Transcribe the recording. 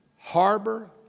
harbor